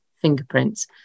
fingerprints